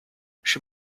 she